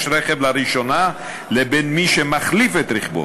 רכב לראשונה לבין מי שמחליף את רכבו,